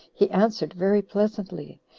he answered very pleasantly,